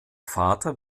vater